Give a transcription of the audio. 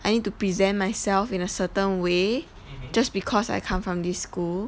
I need to present myself in a certain way just because I come from this school